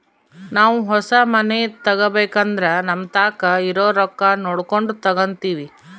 ನಾವು ಹೊಸ ಮನೆ ತಗಬೇಕಂದ್ರ ನಮತಾಕ ಇರೊ ರೊಕ್ಕ ನೋಡಕೊಂಡು ತಗಂತಿವಿ